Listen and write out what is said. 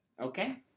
Okay